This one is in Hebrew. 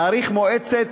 תאריך מועצת